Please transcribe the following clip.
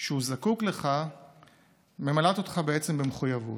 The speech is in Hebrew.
שהוא זקוק לך ממלאים אותך במחויבות.